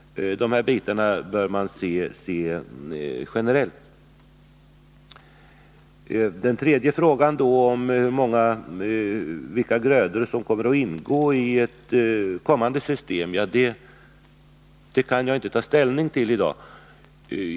Den tredje frågan var vilka grödor som kommer att ingå i ett kommande system. Det kan jag inte ta ställning till i dag.